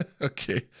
Okay